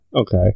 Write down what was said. Okay